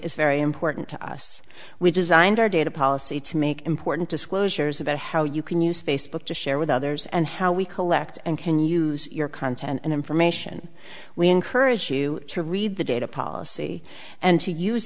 is very important to us we designed our data policy to make important disclosures about how you can use facebook to share with others and how we collect and can use your content and information we encourage you to read the data policy and to use